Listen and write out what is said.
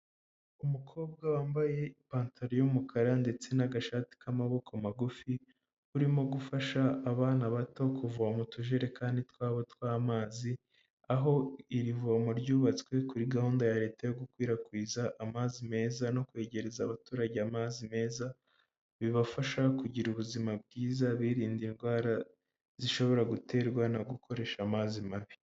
Umukobwa wambaye ipantaro y'umukara ndetse n'agashati k'amaboko magufi, urimo gufasha abana bato kuvoma utujerekani twabo tw'amazi, aho iri vomo ryubatswe kuri gahunda ya leta yo gukwirakwiza amazi meza no kwegereza abaturage amazi meza, bibafasha kugira ubuzima bwiza birinda indwara, zishobora guterwa no gukoresha amazi mabi.